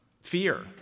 Fear